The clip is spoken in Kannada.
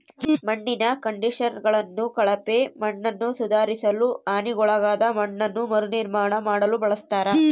ಮಣ್ಣಿನ ಕಂಡಿಷನರ್ಗಳನ್ನು ಕಳಪೆ ಮಣ್ಣನ್ನುಸುಧಾರಿಸಲು ಹಾನಿಗೊಳಗಾದ ಮಣ್ಣನ್ನು ಮರುನಿರ್ಮಾಣ ಮಾಡಲು ಬಳಸ್ತರ